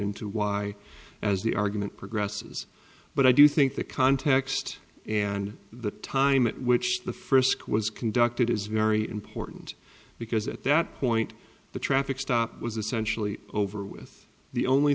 into why as the argument progresses but i do think the context and the time at which the first was conducted is very important because at that point the traffic stop was essentially over with the only